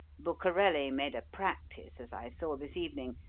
bucarelli made a practice, as i saw this evening,